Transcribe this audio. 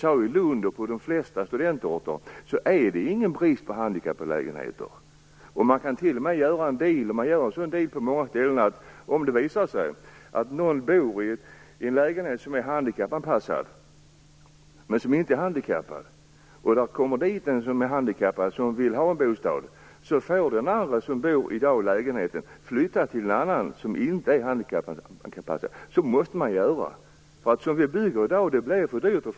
I Lund och på de flesta studentorter råder, som jag sade, ingen brist på handikapplägenheter. På många ställen har man också ett avtal som innebär att en person som inte är handikappad och bor i en handikappanpassad lägenhet får flytta till en icke handikappanpassad lägenhet om det kommer en handikappad person som behöver en bostad. Så måste man göra. Att bygga som vi gör i dag blir för dyrt.